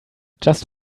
just